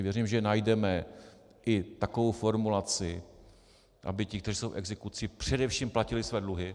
Věřím, že najdeme i takovou formulaci, aby ti, kteří jsou v exekuci, především platili své dluhy.